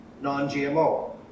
non-GMO